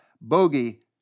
Bogey